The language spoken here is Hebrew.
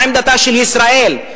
מה עמדתה של ישראל?